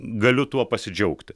galiu tuo pasidžiaugti